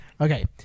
Okay